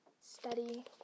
study